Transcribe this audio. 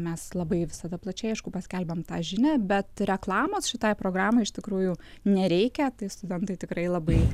mes labai visada plačiai aišku paskelbiam tą žinią bet reklamos šitai programai iš tikrųjų nereikia tai studentai tikrai labai